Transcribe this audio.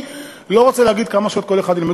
אני לא רוצה להגיד כמה שעות כל אחד ילמד.